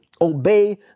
obey